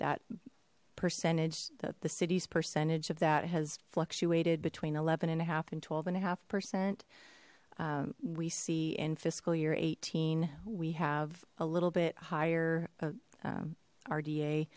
that percentage that the city's percentage of that has fluctuated between eleven and a half and twelve and a half percent we see in fiscal year eighteen we have a little bit higher